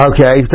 Okay